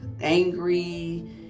angry